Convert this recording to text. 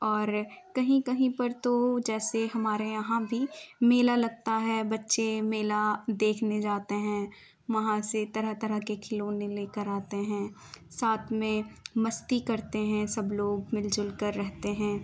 اور کہیں کہیں پر تو جیسے ہمارے یہاں بھی میلا لگتا ہے بچے میلا دیکھنے جاتے ہیں وہاں سے طرح طرح کے کھلونے لے کر آتے ہیں ساتھ میں مستی کرتے ہیں سب لوگ مل جل کر رہتے ہیں